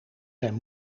zijn